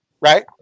right